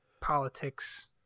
politics